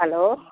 hello